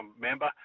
member